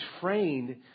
trained